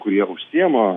kurie užsiima